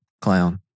clown